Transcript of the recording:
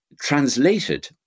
translated